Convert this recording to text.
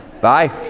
Bye